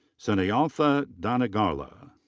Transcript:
snehalatha doddigarla.